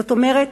זאת אומרת,